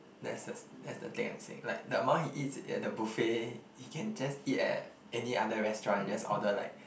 that's that's the thing I saying like the amount he eats at a buffet he can just eat at any other restaurant and just order like